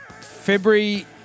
February